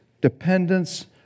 dependence